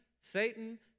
Satan